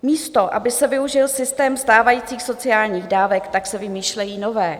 Místo aby se využil systém stávajících sociálních dávek, tak se vymýšlejí nové.